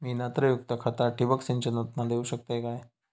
मी नत्रयुक्त खता ठिबक सिंचनातना देऊ शकतय काय?